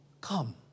Come